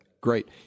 great